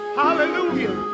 hallelujah